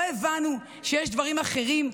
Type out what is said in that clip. לא הבנו שיש דברים אחרים,